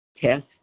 test